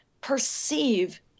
perceive